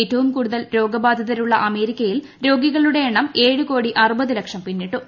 ഏറ്റവും കൂടുതൽ രോഗബാധിതരുള്ള അമേരിക്കയിൽ രോഗികളുടെ എണ്ണം ഏഴ് കോടി അറുപത് ലക്ഷം പിന്നിട്ടു